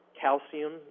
calcium